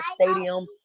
stadium